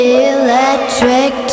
electric